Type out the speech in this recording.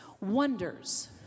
wonders